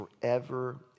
forever